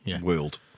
world